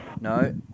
no